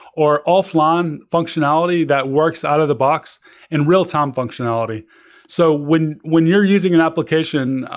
or offline functionality that works out of the box and real-time functionality so when when you're using an application,